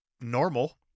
normal